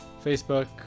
Facebook